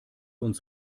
uns